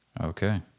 Okay